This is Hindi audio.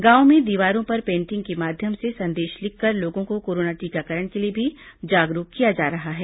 गांवों में दीवारों पर पेंटिंग के माध्यम से संदेश लिखकर लोगों को कोरोना टीकाकरण के लिए भी जागरूक किया जा रहा है